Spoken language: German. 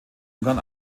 ungarn